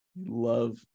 Love